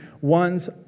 one's